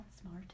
smart